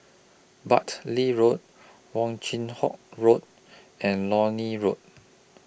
Bartley Road Wong Chin Yoke Road and Lornie Road